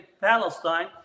Palestine